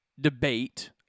debate